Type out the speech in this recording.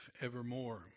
evermore